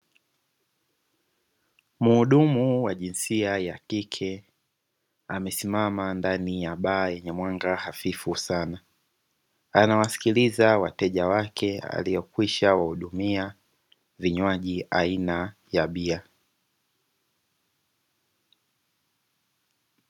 Muhudumu wa jinsia ya kie amesimama ndani ya baa yenye mwanga hafifu sana, anawasikiliza wateja wake aliokwisha wahudumia vinywaji aina ya bia.